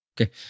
Okay